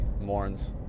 mourns